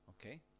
Okay